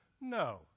No